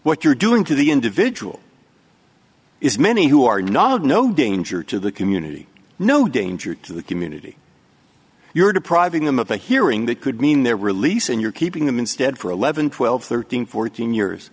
what you're doing to the individual is many who are knowledge no danger to the community no danger to the community you're depriving them of a hearing that could mean their release and you're keeping them instead for eleven twelve thirteen fourteen years